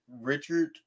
Richard